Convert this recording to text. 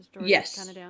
Yes